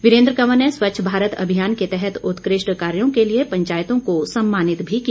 वीरेंद्र कंवर ने स्वच्छ भारत अभियान के तहत उत्कृष्ठ कार्यो के लिए पंचायतों को सम्मानित भी किया